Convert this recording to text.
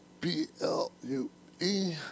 B-L-U-E